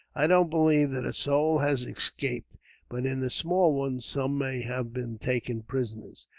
i don't believe that a soul has escaped but in the small one, some may have been taken prisoners.